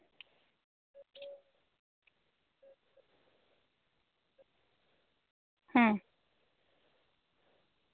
ᱦᱮᱸ